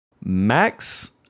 Max